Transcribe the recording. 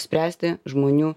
spręsti žmonių